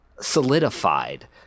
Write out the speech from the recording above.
solidified